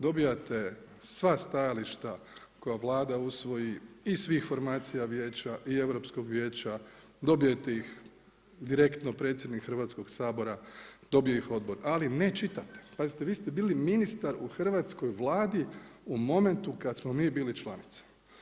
Dobivate sva stajališta koja Vlada usvoji iz svih formacija vijeće i Europskog vijeća, dobijete ih direktno predsjednik Hrvatskog sabora, dobije ih odbor ali ne čitate, pazite, vi ste bili ministar u hrvatskoj Vladi u momentu kad smo mi bili članica.